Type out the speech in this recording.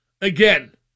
Again